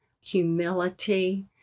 humility